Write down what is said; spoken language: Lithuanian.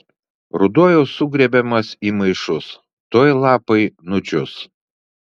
ruduo jau sugrėbiamas į maišus tuoj lapai nudžius